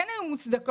כן היו מוצדקות,